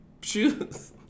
shoes